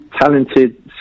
talented